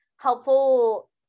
helpful